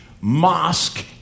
mosque